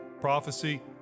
prophecy